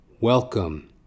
Welcome